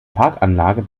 parkanlagen